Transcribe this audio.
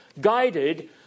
guided